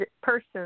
person